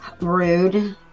rude